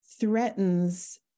threatens